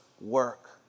work